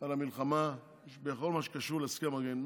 על המלחמה בכל מה שקשור להסכם הגרעין.